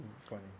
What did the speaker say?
funny